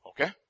Okay